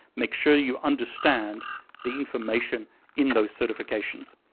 make sure you understand the information in those certifications.